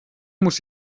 muss